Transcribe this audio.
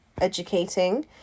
educating